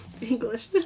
English